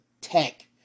tech